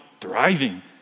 thriving